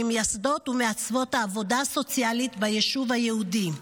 ממייסדות ומעצבות העבודה הסוציאלית ביישוב היהודי.